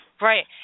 Right